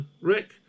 Rick